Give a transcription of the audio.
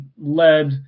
led